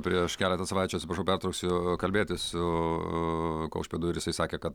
prieš keletą savaičių atsiprašau pertrauksiu kalbėtis su kaušpėdu ir jisai sakė kad